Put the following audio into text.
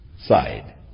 side